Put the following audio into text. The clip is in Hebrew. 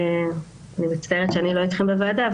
אני מצטערת שאני לא אתכם בוועדה,